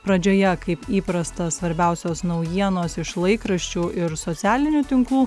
pradžioje kaip įprasta svarbiausios naujienos iš laikraščių ir socialinių tinklų